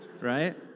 Right